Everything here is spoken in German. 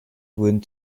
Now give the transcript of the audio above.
wurden